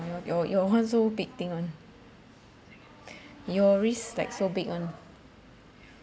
your your one so big thing one your risk like so big [one]